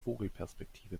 vogelperspektive